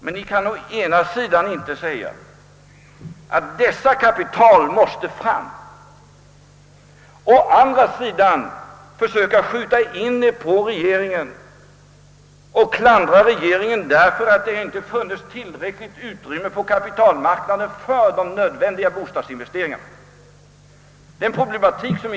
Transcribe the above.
Men ni kan inte å ena sidan säga att kapital för dessa ändamål måste skaffas fram och å andra sidan försöka skjuta in er på regeringen och klandra den därför att det inte funnits tillräckligt utrymme på kapitalmarknaden för de nödvändiga bostadsinvesteringarna. Det går inte ihop.